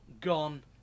gone